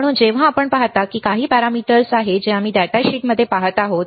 म्हणून जेव्हा आपण पाहता तेव्हा हे काही पॅरामीटर आहेत जे आम्ही डेटाशीटमध्ये पहात आहोत